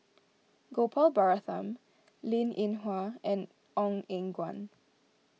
Gopal Baratham Linn in Hua and Ong Eng Guan